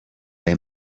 they